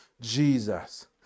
jesus